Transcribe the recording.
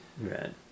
Right